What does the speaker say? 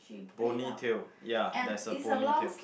ponytail ya there's a ponytail